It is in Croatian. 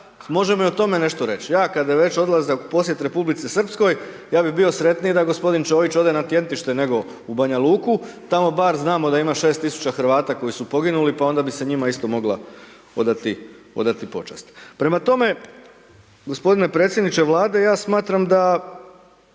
možemo i o tome nešto reći. Ja, kada bi već odlazio u posjet Republici Srpskoj, ja bi bio sretniji da g. Čović ode na .../nerazumljivo/... nego u Banja Luku, tamo bar znamo da ima 6 tisuća Hrvata koji su poginuli, pa onda bi se njima isto mogla odati počast. Prema tome, g. predsjedniče Vlade, ja smatram da